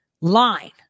line